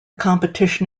competition